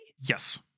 Yes